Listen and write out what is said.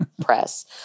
press